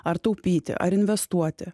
ar taupyti ar investuoti